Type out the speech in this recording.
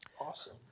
awesome